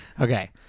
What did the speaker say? Okay